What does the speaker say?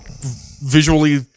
visually